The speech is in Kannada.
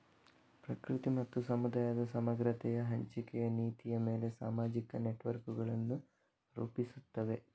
ಪ್ರಕೃತಿ ಮತ್ತು ಸಮುದಾಯದ ಸಮಗ್ರತೆಯ ಹಂಚಿಕೆಯ ನೀತಿಯ ಮೇಲೆ ಸಾಮಾಜಿಕ ನೆಟ್ವರ್ಕುಗಳನ್ನು ರೂಪಿಸುತ್ತವೆ